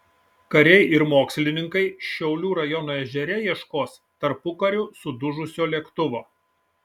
kariai ir mokslininkai šiaulių rajono ežere ieškos tarpukariu sudužusio lėktuvo